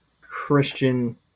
Christian